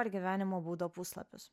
ar gyvenimo būdo puslapius